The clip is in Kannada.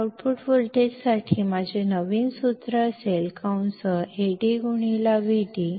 ಆದ್ದರಿಂದ ಔಟ್ಪುಟ್ ವೋಲ್ಟೇಜ್ಗೆ ನನ್ನ ಹೊಸ ಸೂತ್ರ AdVd Acm Vcm ಆಗಿರುತ್ತದೆ